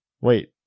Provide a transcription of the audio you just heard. Wait